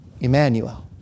Emmanuel